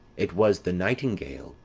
it was the nightingale,